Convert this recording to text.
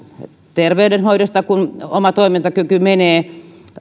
terveydenhoidosta kun oma toimintakyky menee